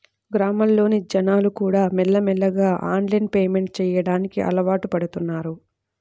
గ్రామాల్లోని జనాలుకూడా మెల్లమెల్లగా ఆన్లైన్ పేమెంట్ చెయ్యడానికి అలవాటుపడుతన్నారు